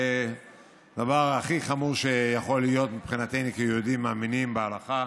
זה הדבר הכי חמור שיכול להיות מבחינתנו כיהודים מאמינים בהלכה,